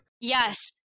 Yes